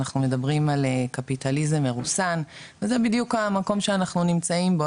אנחנו מדברים על קפיטליזם מרוסן וזה בדיוק המקום שאנחנו נמצאים בו,